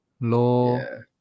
Low